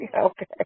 Okay